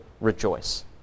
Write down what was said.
rejoice